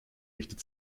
richtet